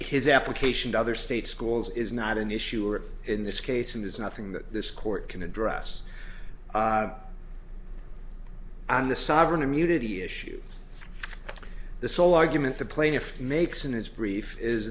his application to other state schools is not an issue or in this case and there's nothing that this court can address on the sovereign immunity issue the sole argument the plaintiff makes in his brief is